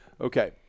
okay